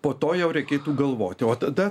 po to jau reikėtų galvoti o tada